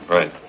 Right